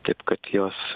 taip kad jos